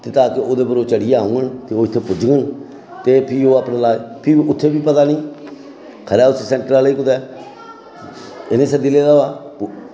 ते ओह्दे पर कुदै चढ़ी जान ते इत्थै पुजदे न फ्ही ओह् अपने फ्ही उत्थै बी पता निं खरै सैंतरे आह्ले कुतै ओह्बी सब्ज़ी लेई आया